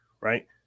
right